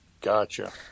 gotcha